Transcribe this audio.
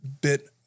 bit